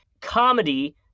comedy